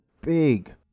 big